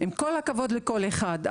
עם כל הכבוד לכל אחד,